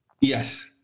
Yes